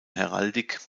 heraldik